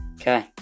Okay